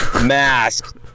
mask